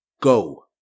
go